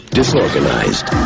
disorganized